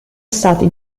stati